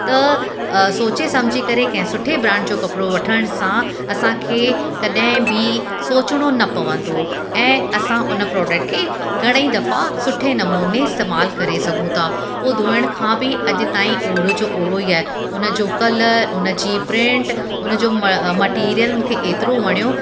त सोचे सम्झी करे कंहिं सुठे ब्रांड जो कपिड़ो वठण सां असांखे कॾहिं बि सोचिणो न पवंदो ऐं असां उन प्रोडक्ट खे घणेईं दफ़ा सुठे नमूने इस्तेमालु करे सघूं था हू धुअण खां बि अॼु ताईं ओड़ो जो ओड़ो ई आहे उन जो कलर उन जी प्रिंट उन जो म मटीरियल मूंखे एतिरो वणियो